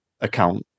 account